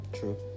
True